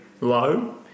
Low